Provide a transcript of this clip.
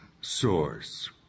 source